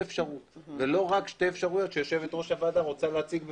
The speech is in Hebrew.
אפשרות ולא רק שתי אפשרויות שיושבת-ראש הוועדה רוצה להציג בפנינו.